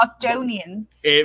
Bostonians